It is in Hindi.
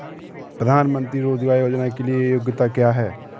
प्रधानमंत्री रोज़गार योजना के लिए योग्यता क्या है?